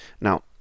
Now